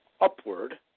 upward